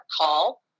call